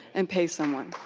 and pay someone?